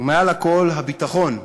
ומעל הכול הביטחון,